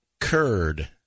curd